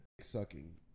sucking